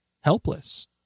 helpless